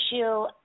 issue